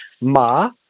Ma